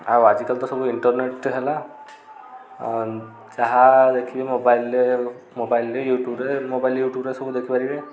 ଆଉ ଆଜିକାଲି ତ ସବୁ ଇଣ୍ଟର୍ନେଟ୍ ହେଲା ଆଉ ଯାହା ଦେଖିବେ ମୋବାଇଲ୍ରେ ଆଉ ମୋବାଇଲ୍ରେ ୟୁଟ୍ୟୁବ୍ରେ ମୋବାଇଲ୍ ୟୁଟ୍ୟୁବ୍ରେ ସବୁ ଦେଖିପାରିବେ